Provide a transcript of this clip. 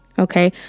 Okay